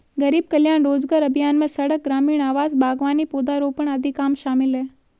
गरीब कल्याण रोजगार अभियान में सड़क, ग्रामीण आवास, बागवानी, पौधारोपण आदि काम शामिल है